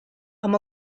amb